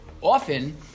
often